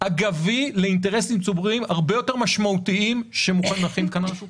אגבי לאינטרסים ציבוריים הרבה יותר משמעותיים שמונחים כאן על השולחן.